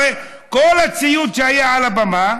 הרי כל הציוד שהיה על הבמה,